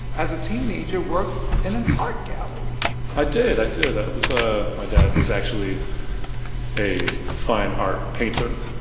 as a teenager, worked in an art gallery i did. i did. i was ah my dad was actually a fine art painter.